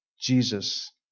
Jesus